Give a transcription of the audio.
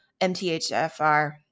MTHFR